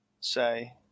say